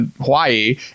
hawaii